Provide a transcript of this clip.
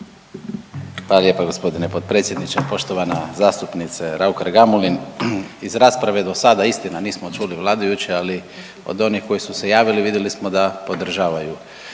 Hvala lijepa g. potpredsjedniče. Poštovana zastupnice Raukar Gamulin, iz rasprave dosada istina nismo čuli vladajuće, ali od onih koji su se javili vidjeli smo da podržavaju